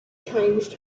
changed